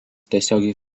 tiesiogiai